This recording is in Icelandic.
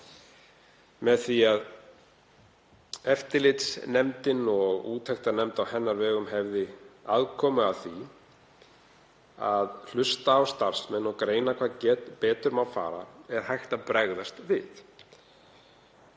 Með því að eftirlitsnefnd og úttektarnefnd á hennar vegum hefði aðkomu að því að hlusta á starfsmenn og greina hvað betur mætti fara væri hægt að bregðast við.